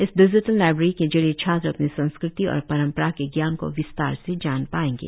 इस digital library के जरिए छात्र अपने संस्कृति और परंपरा के जान को विस्तार से जान पाऐंगे